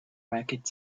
racket